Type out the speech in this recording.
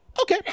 Okay